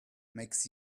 makes